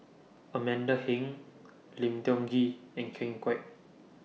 Amanda Heng Lim Tiong Ghee and Ken Kwek